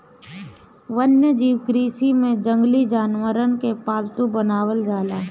वन्यजीव कृषि में जंगली जानवरन के पालतू बनावल जाला